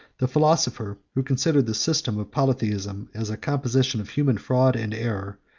the philosopher, who considered the system of polytheism as a composition of human fraud and error,